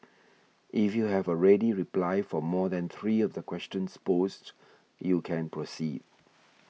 if you have a ready reply for more than three of the questions posed you can proceed